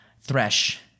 Thresh